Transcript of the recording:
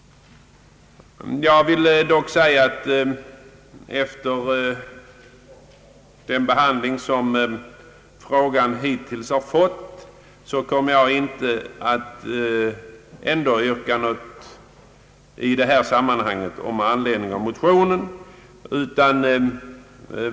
Med hänsyn till den behandling som frågan hittills har fått kommer jag inte att ställa något yrkande med anledning av motionen.